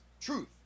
Truth